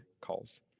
calls